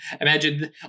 imagine